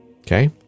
Okay